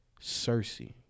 Cersei